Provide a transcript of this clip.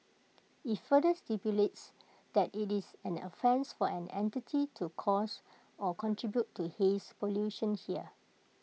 IT further stipulates that IT is an offence for any entity to cause or contribute to haze pollution here